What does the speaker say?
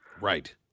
Right